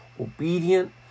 obedient